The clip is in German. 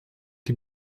die